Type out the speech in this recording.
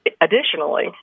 additionally